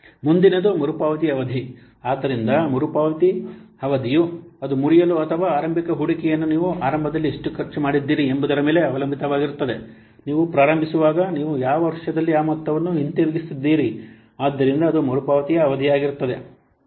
ಮುಂದಿನದು ಮರುಪಾವತಿ ಅವಧಿ ಆದ್ದರಿಂದ ಮರುಪಾವತಿ ಮರುಪಾವತಿ ಅವಧಿಯು ಅದು ಮುರಿಯಲು ಅಥವಾ ಆರಂಭಿಕ ಹೂಡಿಕೆಯನ್ನು ನೀವು ಆರಂಭದಲ್ಲಿ ಎಷ್ಟು ಖರ್ಚು ಮಾಡಿದ್ದೀರಿ ಎಂಬುದರ ಮೇಲೆ ಅವಲಂಬಿತವಾಗಿರುತ್ತದೆ ನೀವು ಪ್ರಾರಂಭಿಸುವಾಗ ನೀವು ಯಾವ ವರ್ಷದಲ್ಲಿ ಆ ಮೊತ್ತವನ್ನು ಹಿಂತಿರುಗಿಸುತ್ತೀರಿ ಆದ್ದರಿಂದ ಅದು ಮರುಪಾವತಿಯ ಅವಧಿಯಾಗಿರುತ್ತದೆ